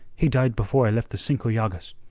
he died before i left the cinco llagas.